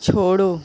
छोड़ो